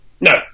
No